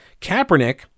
Kaepernick